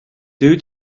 due